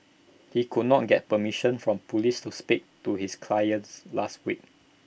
he could not get permission from Police to speak to his clients last week